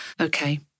Okay